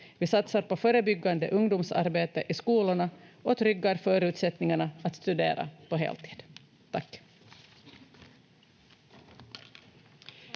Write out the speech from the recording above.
vi satsar på förebyggande ungdomsarbete i skolorna och tryggar förutsättningarna att studera på heltid. — Tack.